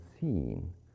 seen